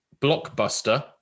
blockbuster